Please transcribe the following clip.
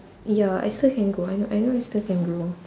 ya I still can grow I know I know I still can grow